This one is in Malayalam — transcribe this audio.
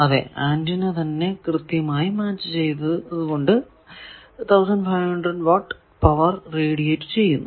അതെ ആന്റിന തന്നെ കൃത്യമായി മാച്ച് ചെയ്തത് കൊണ്ട് 1500 വാട്ട് പവർ റേഡിയേറ്റ് ചെയ്യുന്നു